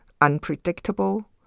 unpredictable